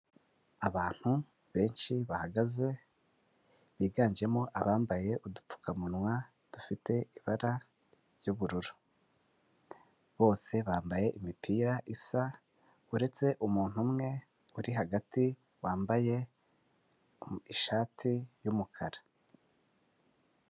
Abantu benshi bahagaze biganjemo abambaye udupfukamunwa dufite ibara ry'ubururu, bose bambaye imipira isa uretse umuntu umwe uri hagati wambaye ishati y'umukara.